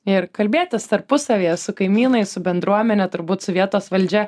ir kalbėtis tarpusavyje su kaimynais su bendruomene turbūt su vietos valdžia